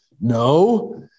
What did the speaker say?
No